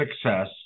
success